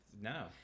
no